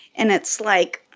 and it's like,